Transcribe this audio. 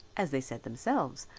as they said themselves,